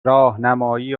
راهنمایی